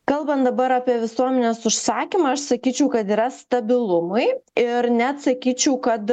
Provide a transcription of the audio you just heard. kalbant dabar apie visuomenės užsakymą aš sakyčiau kad yra stabilumui ir net sakyčiau kad